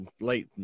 late